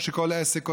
כמו שכל עסק עושה,